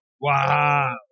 Wow